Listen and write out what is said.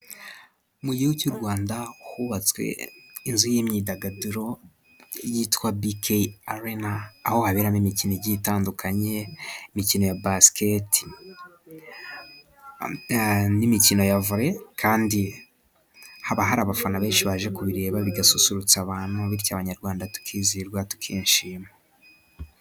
Mu gihugu cy'u Rwanda hubatswe inzu y'imyidagaduro yitwa Bike Arena, aho haberamo imikino igiye itandukanye: imikino ya basiketi n'imikino ya vole kandi haba hari abafana benshi baje kubireba bigasusurutsa abantu, bityo Abanyarwanda tukizihirwa, tukishima.